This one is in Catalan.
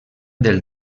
del